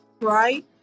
right